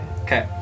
Okay